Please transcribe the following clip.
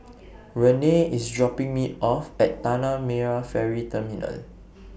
Renae IS dropping Me off At Tanah Merah Ferry Terminal